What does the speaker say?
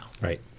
Right